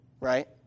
Right